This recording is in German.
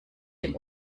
dem